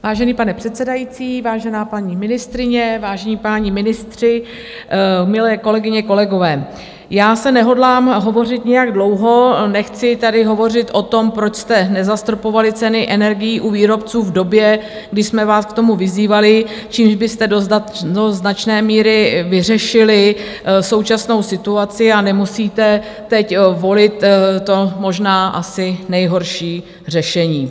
Vážený pane předsedající, vážená paní ministryně, vážení páni ministři, milé kolegyně, kolegové, já zde nehodlám hovořit nějak dlouho, nechci tady hovořit o tom, proč jste nezastropovali ceny energií u výrobců v době, kdy jsme vás k tomu vyzývali, čímž byste do značné míry vyřešili současnou situaci, a nemusíte teď volit to možná asi nejhorší řešení.